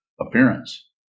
appearance